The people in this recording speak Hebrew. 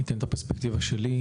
אני אתן את הפרספקטיבה שלי.